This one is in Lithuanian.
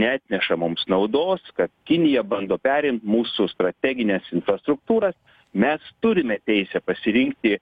neatneša mums naudos kad kinija bando perimt mūsų strategines infrastruktūras mes turime teisę pasirinkti